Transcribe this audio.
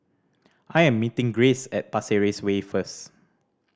I am meeting Grayce at Pasir Ris Way first